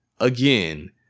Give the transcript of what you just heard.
again